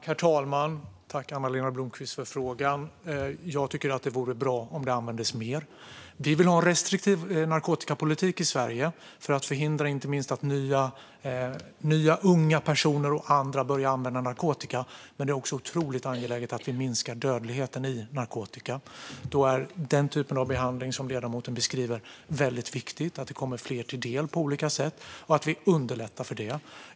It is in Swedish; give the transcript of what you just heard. Herr talman! Tack, Anna-Lena Blomkvist, för frågan! Jag tycker att det vore bra om det användes mer. Vi vill ha en restriktiv narkotikapolitik i Sverige för att förhindra inte minst att nya unga personer och andra börjar använda narkotika, men det är också otroligt angeläget att minska dödligheten i narkotika. Då är det viktigt att den typ av behandling som ledamoten beskriver kommer fler till del på olika sätt och att vi underlättar för detta.